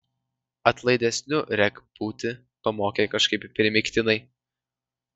atlaidesniu rek būti pamokė kažkaip primygtinai